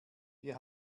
wir